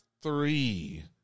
three